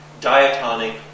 diatonic